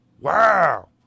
Wow